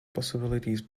possibilities